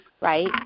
right